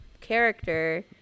character